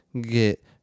get